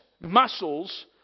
muscles